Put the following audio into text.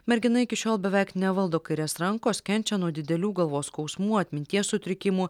mergina iki šiol beveik nevaldo kairės rankos kenčia nuo didelių galvos skausmų atminties sutrikimų